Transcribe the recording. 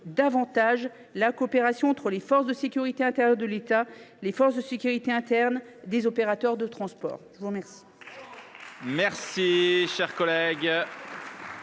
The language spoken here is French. plus la coopération entre les forces de sécurité intérieure de l’État et les forces de sécurité internes des opérateurs de transport. La discussion